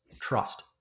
trust